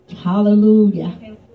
Hallelujah